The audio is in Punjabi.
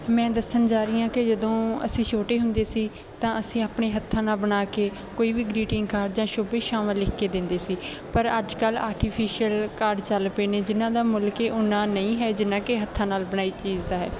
ਮੈਂ ਦੱਸਣ ਜਾ ਰਹੀ ਹਾਂ ਕਿ ਜਦੋਂ ਅਸੀਂ ਛੋਟੇ ਹੁੰਦੇ ਸੀ ਤਾਂ ਅਸੀਂ ਆਪਣੇ ਹੱਥਾਂ ਨਾਲ ਬਣਾ ਕੇ ਕੋਈ ਵੀ ਗ੍ਰੀਟਿੰਗ ਕਾਰਡ ਜਾਂ ਸ਼ੁਭ ਇੱਛਾਵਾਂ ਲਿਖ ਕੇ ਦਿੰਦੇ ਸੀ ਪਰ ਅੱਜ ਕੱਲ੍ਹ ਆਰਟੀਫਿਸ਼ੀਅਲ ਕਾਰਡ ਚੱਲ ਪਏ ਨੇ ਜਿਹਨਾਂ ਦਾ ਮੁੱਲ ਕਿ ਉਹਨਾਂ ਨਹੀਂ ਹੈ ਜਿੰਨਾ ਕਿ ਹੱਥਾਂ ਨਾਲ ਬਣਾਈ ਚੀਜ਼ ਦਾ ਹੈ